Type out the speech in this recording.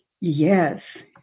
Yes